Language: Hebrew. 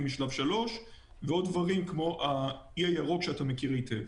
משלב 3 ועוד דברים כמו האי הירוק שאתה מכיר היטב,